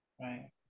right